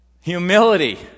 Humility